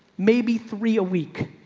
maybe three a week.